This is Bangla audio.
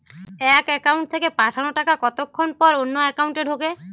এক একাউন্ট থেকে পাঠানো টাকা কতক্ষন পর অন্য একাউন্টে ঢোকে?